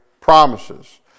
promises